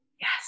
Yes